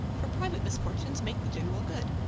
for private misfortunes make the general good,